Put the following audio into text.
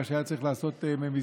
מה שהיה צריך לעשות מזמן.